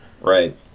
right